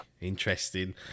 Interesting